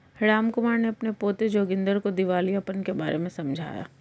रामकुमार ने अपने पोते जोगिंदर को दिवालियापन के बारे में समझाया